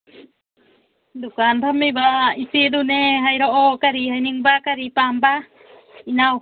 ꯗꯨꯀꯥꯟ ꯐꯝꯃꯤꯕ ꯏꯆꯦꯗꯨꯅꯦ ꯍꯥꯏꯔꯛꯑꯣ ꯀꯔꯤ ꯍꯥꯏꯅꯤꯡꯕ ꯀꯔꯤ ꯄꯥꯝꯕ ꯏꯅꯥꯎ